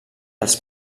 els